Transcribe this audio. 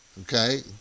Okay